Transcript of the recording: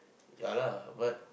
ya lah but